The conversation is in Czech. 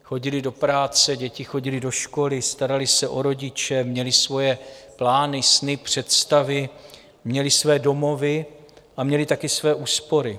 Chodili do práce, děti chodily do školy, starali se o rodiče, měli svoje plány, sny, představy, měli své domovy a měli také své úspory.